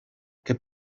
que